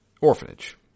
orphanage